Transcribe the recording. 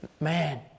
man